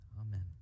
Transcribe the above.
Amen